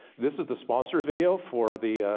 this is the sponsor video for the,